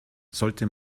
sollte